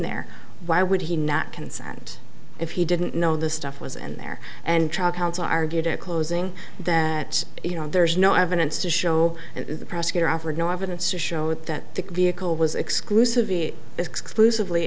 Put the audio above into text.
there why would he not consent if he didn't know this stuff was in there and trial counsel argued at closing that you know there's no evidence to show and the prosecutor offered no evidence to show that the vehicle was exclusively exclusively